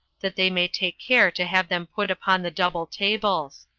that they may take care to have them put upon the double tables.